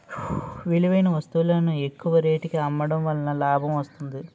విలువైన వస్తువులను ఎక్కువ రేటుకి అమ్మడం వలన లాభం వస్తుంది